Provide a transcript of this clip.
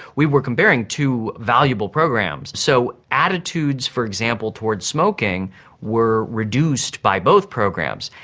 we were comparing two valuable programs. so attitudes, for example, towards smoking were reduced by both programs.